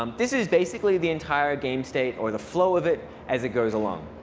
um this is basically the entire game state, or the flow of it, as it goes along.